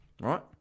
Right